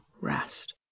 rest